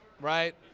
right